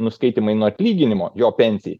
nuskaitymai nuo atlyginimo jo pensijai